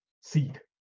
seed